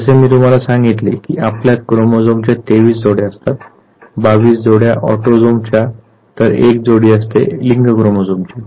जसे मी तुम्हाला सांगितले की आपल्यात क्रोमोझोमच्या 23 जोड्या असतात 22 जोड्या ऑटोझोमच्या तर एक जोडी असते लिंग क्रोमोझोमची